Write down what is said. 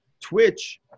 Twitch